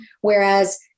whereas